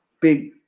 big